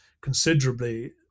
considerably